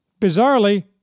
Bizarrely